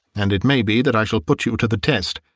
and it may be that i shall put you to the test.